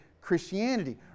Christianity